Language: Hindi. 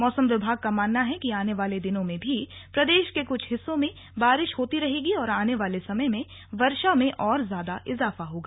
मौसम विभाग का मानना है कि आने वाले दिनों में भी प्रदेश के कुछ हिस्सों में बारिश होती रहेगी और आने वाले समय में वर्षा में और ज्यादा इज़ाफा होगा